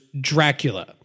Dracula